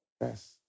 Yes